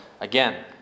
again